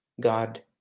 God